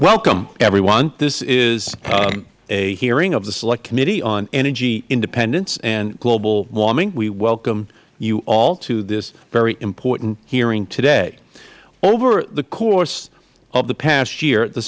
welcome everyone this is a hearing of the select committee on energy independence and global warming we welcome you all to this very important hearing today over the course of the past year the